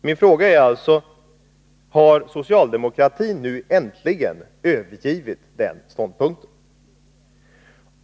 Jag frågar: Har socialdemokratin nu äntligen övergivit den ståndpunkten?